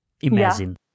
imagine